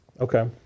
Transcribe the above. Okay